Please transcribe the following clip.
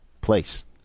place